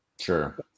sure